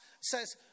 says